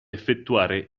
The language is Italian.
effettuare